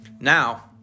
Now